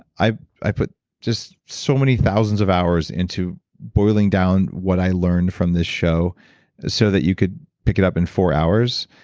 i've put just so many thousands of hours into boiling down what i learned from this show so that you could pick it up in four hours,